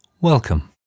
Welcome